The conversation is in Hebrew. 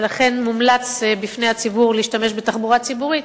ולכן מומלץ בפני הציבור להשתמש בתחבורה ציבורית.